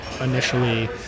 initially